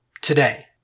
today